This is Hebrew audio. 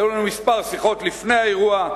היו לנו כמה שיחות לפני האירוע,